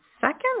second